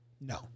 No